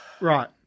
Right